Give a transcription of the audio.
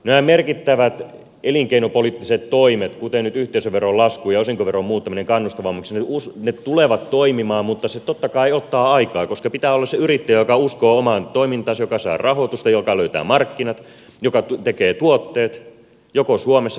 nämä merkittävät elinkeinopoliittiset toimet kuten nyt yhteisöveron lasku ja osinkoveron muuttaminen kannustavammaksi tulevat toimimaan mutta se totta kai ottaa aikaa koska pitää olla se yrittäjä joka uskoo omaan toimintaansa joka saa rahoitusta joka löytää markkinat joka tekee tuotteet joko suomessa tai ulkomailla